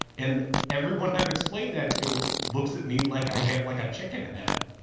and everyone i've explained that to looks at me like i have like a chicken head.